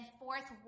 fourth